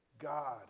God